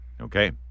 Okay